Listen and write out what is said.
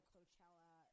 Coachella